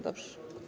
Dobrze.